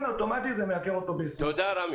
תודה, רמי.